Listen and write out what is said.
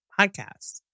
podcast